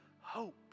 hope